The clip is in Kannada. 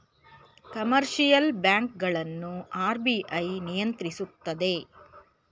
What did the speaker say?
ಕಮರ್ಷಿಯಲ್ ಬ್ಯಾಂಕ್ ಗಳನ್ನು ಆರ್.ಬಿ.ಐ ನಿಯಂತ್ರಿಸುತ್ತದೆ